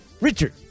Richard